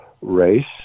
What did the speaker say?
race